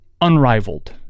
unrivaled